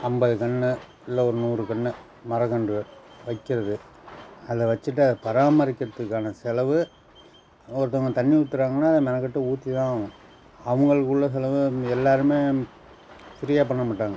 ஐம்பது தென்னை இல்லை ஒரு நூறு தென்னை மரக்கன்று வைக்கிறது அதில் வச்சுட்டு அது பராமரிக்கிறதுக்கான செலவு ஒருத்தவங்க தண்ணி ஊற்றுறாங்கனா அதை மெனக்கட்டு ஊற்றிதான் ஆகணும் அவங்களுக்கு உள்ள செலவு எல்லோருமே ஃப்ரீயாக பண்ணமாட்டாங்க